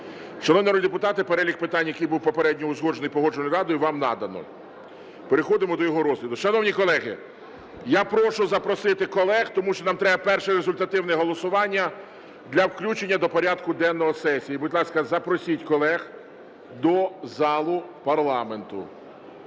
народні депутати, перелік питань, який був попередньо узгоджений Погоджувальною радою, вам надано. Переходимо до його розгляду. Шановні колеги, я прошу запросити колег, тому що нам треба перше результативне голосування для включення до порядку денного сесії. Будь ласка, запросіть колег до залу парламенту.